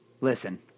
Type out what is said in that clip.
Listen